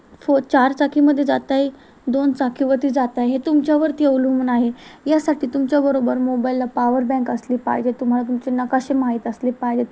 फो चार चाकीमध्ये जात आहात दोन चाकीवरती जात आहात हे तुमच्यावरती अवलंबून आहे यासाठी तुमच्याबरोबर मोबाईलला पावर बँक असली पाहिजे तुम्हाला तुमचे नकाशे माहीत असले पाहिजेत